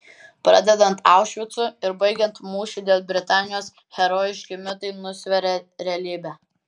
pradedant aušvicu ir baigiant mūšiu dėl britanijos herojiški mitai nusveria realybę